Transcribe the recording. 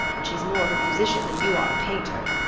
and she's more of a musician than you are a painter.